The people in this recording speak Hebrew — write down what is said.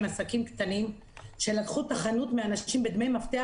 הם עסקים קטנים שלקחו את החנות מאנשים בדמי מפתח,